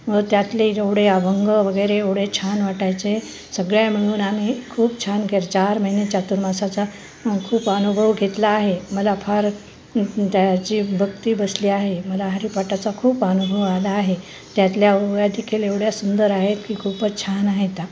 व त्यातले जेवढे अभंग वगैरे एवढे छान वाटायचे सगळ्या मिळून आम्ही खूप छान कर चार महिने चतुर्मासाचा खूप अनुभव घेतला आहे मला फार त्याची भक्ती बसली आहे मला हरीपाठाचा खूप अनुभव आला आहे त्यातल्या ओव्या देखील एवढ्या सुंदर आहेत की खूपच छान आहेत